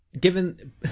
given